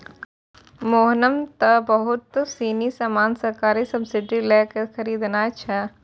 मोहन नं त बहुत सीनी सामान सरकारी सब्सीडी लै क खरीदनॉ छै